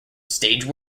stage